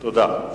תודה.